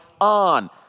on